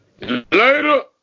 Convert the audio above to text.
Later